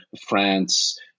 France